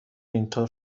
اینطور